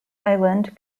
island